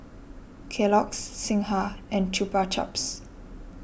Kellogg's Singha and Chupa Chups